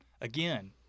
again